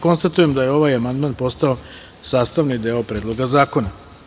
Konstatujem da je ovaj amandman postao sastavni deo Predloga zakona.